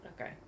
okay